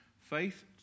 faith